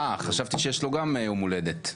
חשבתי שיש לו גם יום הולדת,